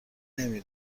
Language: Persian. نمی